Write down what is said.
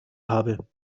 habe